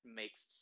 makes